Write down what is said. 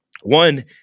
one